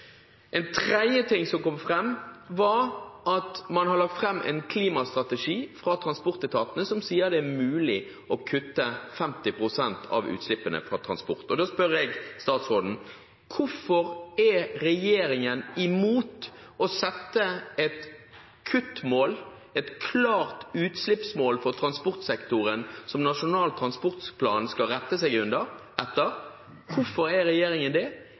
En tredje ting som kom fram, var at man har lagt fram en klimastrategi fra transportetatene som sier at det er mulig å kutte 50 pst. av utslippene fra transport. Da spør jeg statsråden: Hvorfor er regjeringen imot å sette et kuttmål, et klart utslippsmål, for transportsektoren som Nasjonal transportplan skal rette seg etter? Hvorfor er regjeringen imot det?